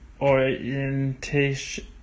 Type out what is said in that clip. orientation